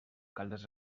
caldes